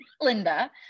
Linda